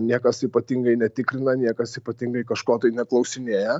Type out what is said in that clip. niekas ypatingai netikrina niekas ypatingai kažko tai neklausinėja